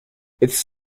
it’s